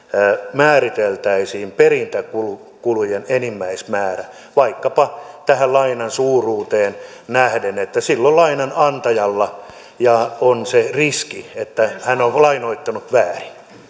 määriteltäisiin perintäkulujen enimmäismäärä vaikkapa lainan suuruuteen nähden silloin lainanantajalla on se riski että hän on lainoittanut väärin